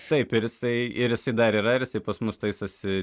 taip ir jisai ir jisai dar yra ir jisai pas mus taisosi